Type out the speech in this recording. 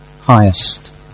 highest